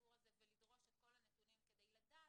לסיפור הזה ולדרוש את כל הנתונים כדי לדעת,